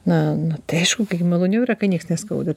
na na tai aišku maloniau yra kai nieks neskauda